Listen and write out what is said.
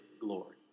glory